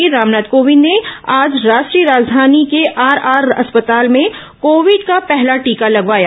राष्ट्रपति रामनाथ कोविद ने आज राष्ट्रीय राजधानी के आरआर अस्पताल में कोविड का पहला टीका लगवाया